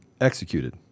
executed